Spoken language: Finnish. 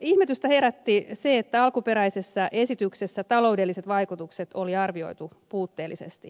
ihmetystä herätti se että alkuperäisessä esityksessä taloudelliset vaikutukset oli arvioitu puutteellisesti